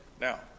Now